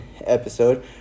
episode